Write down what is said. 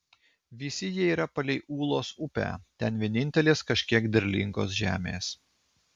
visi jie yra palei ūlos upę ten vienintelės kažkiek derlingos žemės